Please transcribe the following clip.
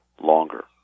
longer